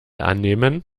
annehmen